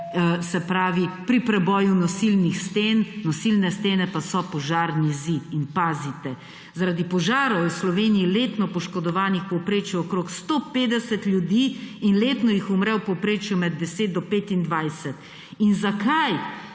Se pravi, pri preboju nosilnih sten, nosilne stene pa so požarni zid. In pazite! Zaradi požarov je v Sloveniji letno poškodovanih v povprečju okrog 150 ljudi in letno jih umre v povprečju med 10 do 25. In zakaj